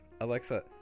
Alexa